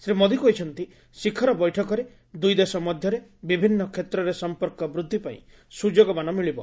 ଶ୍ରୀ ମୋଦୀ କହିଛନ୍ତି ଶିଖର ବୈଠକରେ ଦୁଇ ଦେଶ ମଧ୍ୟରେ ବିଭିନ୍ନ କ୍ଷେତ୍ରରେ ସମ୍ପର୍କ ବୃଦ୍ଧି ପାଇଁ ସୁଯୋଗମାନ ମିଳିବ